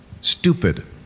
stupid